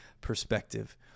perspective